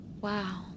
Wow